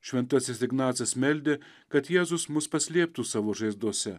šventasis ignacas meldė kad jėzus mus paslėptų savo žaizdose